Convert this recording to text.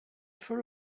for